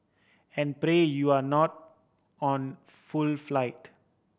and pray you're not on full flight